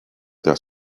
their